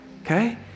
Okay